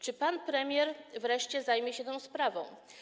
Czy pan premier wreszcie zajmie się tą sprawą?